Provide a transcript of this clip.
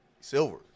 silver